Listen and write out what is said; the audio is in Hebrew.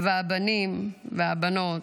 והבנים והבנות,